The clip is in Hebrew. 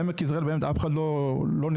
בעמק יזרעאל אף אחד לא נפסל.